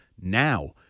now